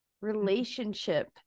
relationship